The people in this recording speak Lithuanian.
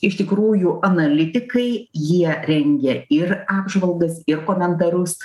iš tikrųjų analitikai jie rengia ir apžvalgas ir komentarus